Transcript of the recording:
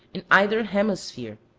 in either hemisphere,